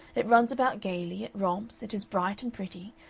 it runs about gayly, it romps, it is bright and pretty,